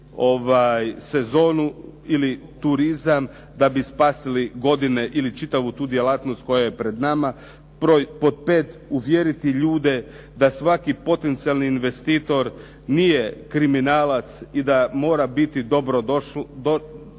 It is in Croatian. sezonu ili turizam da bi spasili godine ili čitavu tu djelatnost koja je pred nama. Broj pod 5, uvjeriti ljude da svaki potencijalni investitor nije kriminalac i da mora biti dobro